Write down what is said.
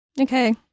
okay